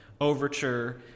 Overture –